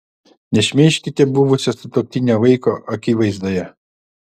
nešmeižkite buvusio sutuoktinio vaiko akivaizdoje